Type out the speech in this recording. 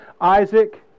Isaac